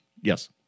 Yes